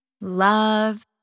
love